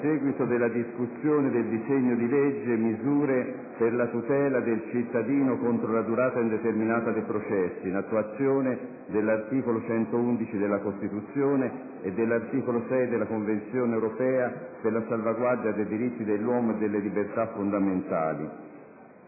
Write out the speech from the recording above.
13,59)*. *Allegato A* DISEGNO DI LEGGE Misure per la tutela del cittadino contro la durata indeterminata dei processi, in attuazione dell'articolo 111 della Costituzione e dell'articolo 6 della Convenzione europea per la salvaguardia dei diritti dell'uomo e delle libertà fondamentali